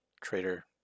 trader